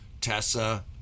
Tessa